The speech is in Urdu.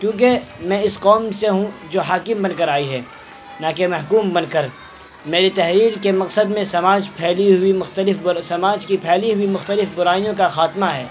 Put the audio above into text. کیونکہ میں اس قوم سے ہوں جو حاکم بن کر آئی ہے نہ کہ محکوم بن کر میری تحریر کے مقصد میں سماج پھیلی ہوئی مختلف سماج کی پھیلی ہوئی مختلف برائیوں کا خاتمہ ہے